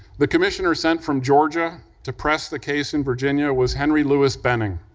the commissioner sent from georgia to press the case in virginia was henry lewis benning,